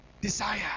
desire